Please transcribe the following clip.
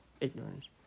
ignorance